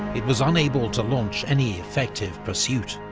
it was unable to launch any effective pursuit.